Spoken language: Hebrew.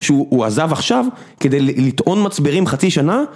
שהוא עזב עכשיו כדי לטעון מצברים חצי שנה.